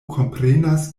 komprenas